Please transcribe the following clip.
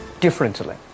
differently